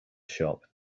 shop